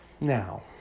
Now